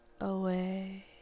away